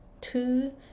two